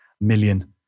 million